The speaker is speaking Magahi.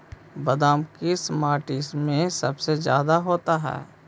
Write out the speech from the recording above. बादाम किस माटी में सबसे ज्यादा होता है?